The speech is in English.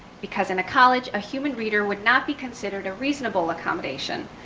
because in a college, a human reader would not be considered a reasonable accommodation.